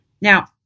Now